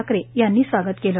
ठाकरे यांनी स्वागत केले